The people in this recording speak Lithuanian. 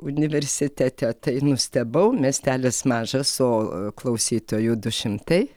universitete tai nustebau miestelis mažas o klausytojų du šimtai